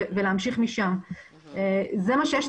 זאת אומרת,